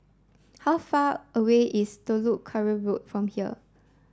how far away is Telok Kurau Road from here